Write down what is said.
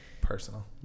personal